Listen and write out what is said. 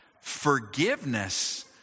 forgiveness